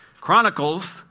Chronicles